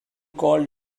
called